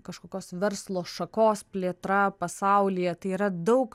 kažkokios verslo šakos plėtra pasaulyje tai yra daug